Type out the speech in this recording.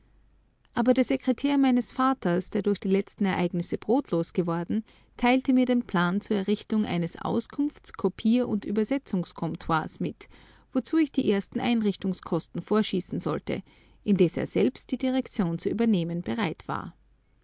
aber der sekretär meines vaters der durch die letzten ereignisse brotlos geworden teilte mir den plan zur errichtung eines auskunfts kopier und übersetzungs comptoirs mit wozu ich die ersten einrichtungskosten vorschießen sollte indes er selbst die direktion zu übernehmen bereit war